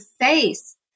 face